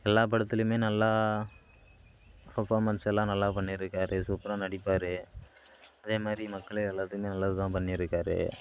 எல்லா படத்துலேயுமே நல்லா பெர்ஃபார்மன்ஸ் எல்லாம் நல்லா பண்ணி இருக்கார் சூப்பராக நடிப்பார் அதே மாதிரி மக்களு எல்லாத்துக்குமே நல்லது தான் பண்ணி இருக்காரு